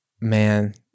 man